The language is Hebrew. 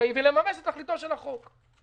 החוץ-בנקאי ולממש את תכליתו של החוק.